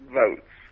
votes